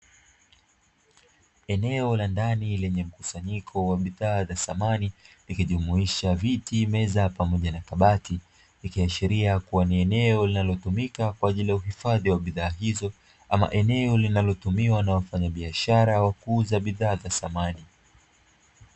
Eneo la ndani lenye mkusanyiko wa samani linalotumika kwaajili ya uuzajiwa bidhaa hizo